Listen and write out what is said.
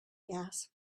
gas